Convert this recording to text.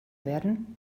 werden